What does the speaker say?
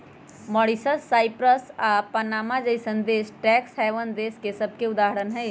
Mauritius, Cyprus आऽ Panama जइसन्न देश टैक्स हैवन देश सभके उदाहरण हइ